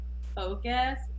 Focus